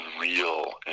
real